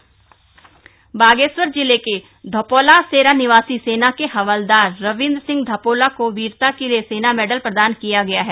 सेना मेडल बागेश्वर जिले के धपोलासेरा निवासी सेना के हवलदार रविंद्र सिंह धपोला को वीरता के लिए सेना मेडल प्रदान किया गया है